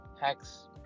hacks